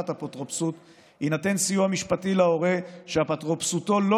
אפוטרופסות יינתן סיוע משפטי להורה שאפוטרופסותו לא